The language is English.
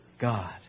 God